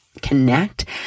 connect